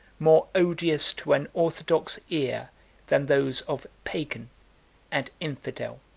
more odious to an orthodox ear than those of pagan and infidel